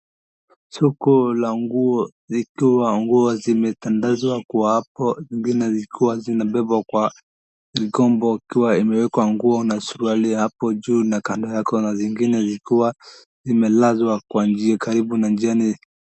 Soko la nguo zikiwa nguo zimetandazwa kwa hapo zingine zikiwa zinabebwa kwa mgomba zikiwa zimewekwa nguo na suruali hapo juu na kando yake kuna zingine zikiwa zimelazwa karibu na njia.